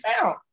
found